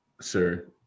Sir